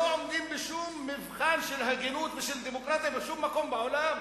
שלא עומדים בשום מבחן של הגינות ושל דמוקרטיה בשום מקום בעולם.